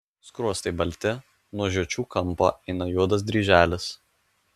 skruostai balti nuo žiočių kampo eina juodas dryželis